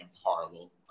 horrible